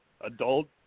adult